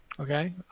Okay